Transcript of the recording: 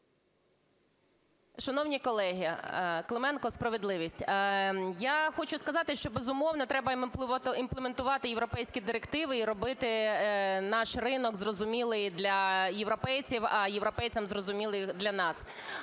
Шановні колеги! Клименко, "Справедливість". Я хочу сказати, що, безумовно, треба імплементувати європейські директиви і робити наш ринок зрозумілим для європейців, а європейців зрозумілий для нас.